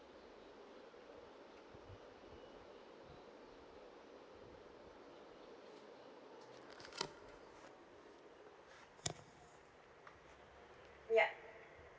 ya